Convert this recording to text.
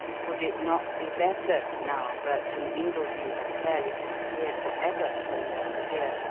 would it not be better, now bertram ingledew had fairly disappeared for ever from their sphere,